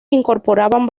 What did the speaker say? incorporaban